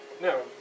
No